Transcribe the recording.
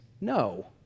no